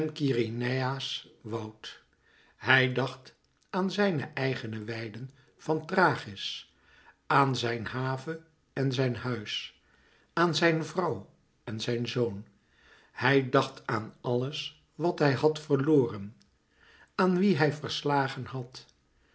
hij dacht aan zijne eigene weiden van thrachis aan zijn have en zijn huis aan zijn vrouw en zijn zoon hij dacht aan alles wat hij had verloren aan wie hij verslagen had